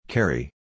Carry